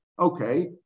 Okay